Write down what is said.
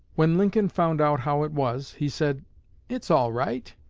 when lincoln found out how it was, he said it's all right.